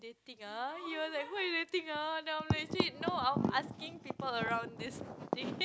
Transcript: dathing ah he was like who are you dating ah then I'm like shit no I'm asking people around this thing